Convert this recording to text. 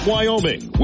Wyoming